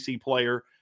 player